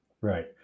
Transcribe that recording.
Right